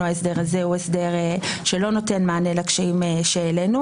ההסדר הזה הוא הסדר שלא נותן מענה לקשיים שהעלינו.